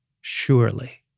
surely